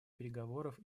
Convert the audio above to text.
переговоров